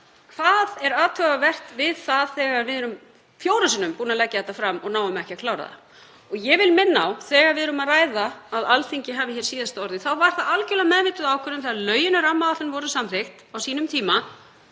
hvað er athugavert við það þegar við erum fjórum sinnum búin að leggja þetta fram og náðum ekki að klára það. Ég vil minna á, þegar við erum að ræða að Alþingi hafi hér síðasta orðið, að það var algerlega meðvituð ákvörðun þegar lögin um rammaáætlun voru samþykkt á sínum tíma